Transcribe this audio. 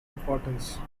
importance